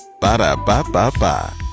Ba-da-ba-ba-ba